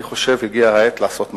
אני חושב שהגיעה העת לעשות מעשה.